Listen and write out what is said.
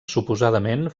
suposadament